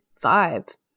vibe